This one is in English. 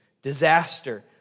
Disaster